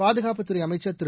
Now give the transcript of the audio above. பாதுகாப்புத் துறைஅமைச்சர் திரு